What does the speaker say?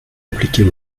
appliquée